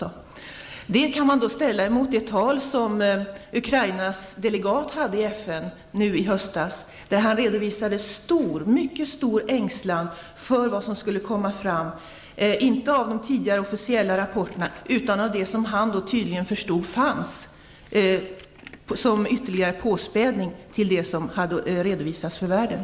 Detta kan man ställa mot det tal som Ukrainas delegat höll i FN nu i höst, där han redovisade mycket stor ängslan för vad som skulle komma fram, inte genom de officiella rapporterna utan av de uppgifter som han tydligen förstod fanns som ytterligare påspädning till det som hade redovisats för världen.